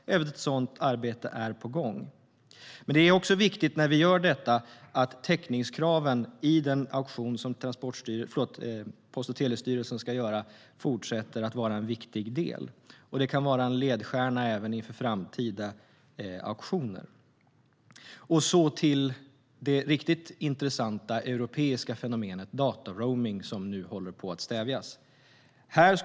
Även ett sådant arbete är på gång. Det är också angeläget att täckningskraven i den auktion som Post och telestyrelsen ska göra fortsätter att vara en viktig del. Det kan vara en ledstjärna även inför framtida auktioner. Så till det riktigt intressanta europeiska fenomenet som nu håller på att stävjas: dataroaming.